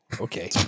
okay